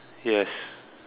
yes